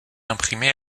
imprimé